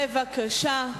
בבקשה.